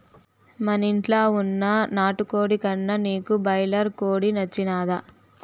మనింట్ల వున్న నాటుకోడి కన్నా నీకు బాయిలర్ కోడి నచ్చినాదా